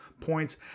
points